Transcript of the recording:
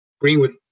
Greenwood